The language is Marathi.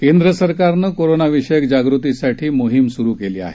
केंद्र सरकारनं कोरोनाविषयी जागृतीसाठी मोहीम सुरु केली आहे